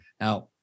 Now